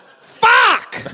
Fuck